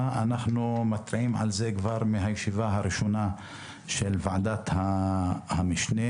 אנחנו מתריעים עליהם כבר מן הישיבה הראשונה של ועדת המשנה,